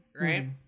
right